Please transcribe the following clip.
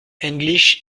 english